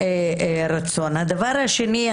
הדבר השני,